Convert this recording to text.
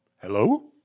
Hello